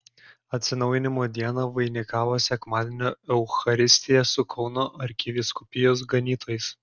atsinaujinimo dieną vainikavo sekmadienio eucharistija su kauno arkivyskupijos ganytojais